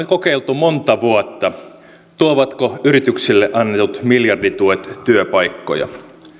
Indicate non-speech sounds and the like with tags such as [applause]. [unintelligible] kokeiltu monta vuotta tuovatko yrityksille annetut miljardituet työpaikkoja